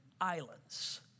islands